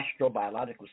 astrobiological